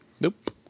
Nope